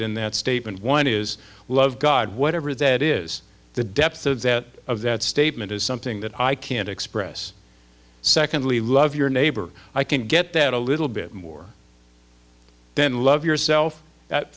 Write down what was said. in that statement one is love god whatever that is the depth of that statement is something that i can't express secondly love your neighbor i can get that a little bit more then love yourself